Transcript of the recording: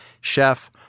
Chef